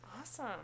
Awesome